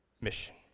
mission